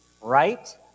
right